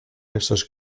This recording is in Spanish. estos